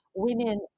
Women